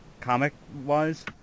comic-wise